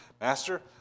Master